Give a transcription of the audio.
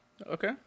Okay